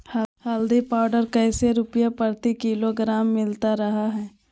हल्दी पाउडर कैसे रुपए प्रति किलोग्राम मिलता रहा है?